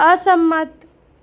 અસંમત